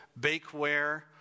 bakeware